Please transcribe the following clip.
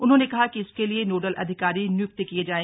उन्होंने कहा कि इसके लिए नोडल अधिकारी निय्क्त किया जाए